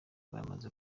bamaze